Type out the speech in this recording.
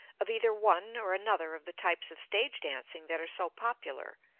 of either one or another of the types of stage dancing that are so popular,